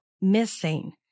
missing